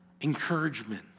encouragement